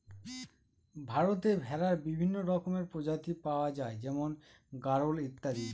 ভারতে ভেড়ার বিভিন্ন রকমের প্রজাতি পাওয়া যায় যেমন গাড়োল ইত্যাদি